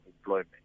employment